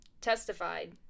testified